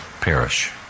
perish